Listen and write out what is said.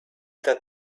that